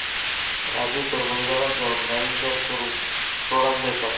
राजू तर मैदानात जाऊन गायींका चरूक सोडान देता